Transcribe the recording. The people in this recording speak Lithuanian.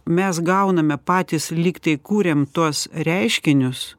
mes gauname patys lyg tai kuriam tuos reiškinius